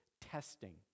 testing